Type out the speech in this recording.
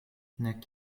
nek